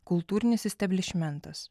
kultūrinis isteblišmentas